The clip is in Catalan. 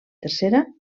tercera